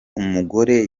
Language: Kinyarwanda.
umugore